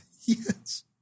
Yes